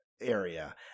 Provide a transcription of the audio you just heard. area